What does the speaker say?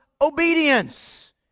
obedience